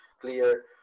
clear